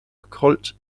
occult